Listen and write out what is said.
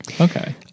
Okay